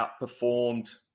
outperformed